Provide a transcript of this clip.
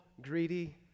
greedy